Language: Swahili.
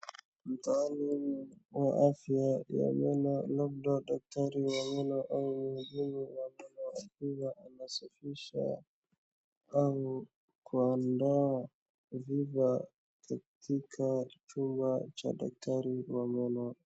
Mtaalumu wa afya ya meno labda daktari wa meno au mhudumu wa meno akiwa anasafisha au kuandaa tiba katika chumba cha daktari wa meno.